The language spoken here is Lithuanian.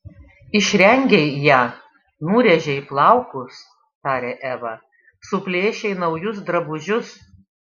išrengei ją nurėžei plaukus tarė eva suplėšei naujus drabužius